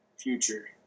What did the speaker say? Future